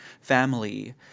family